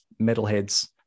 metalheads